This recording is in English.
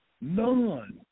None